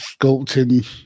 sculpting